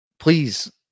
please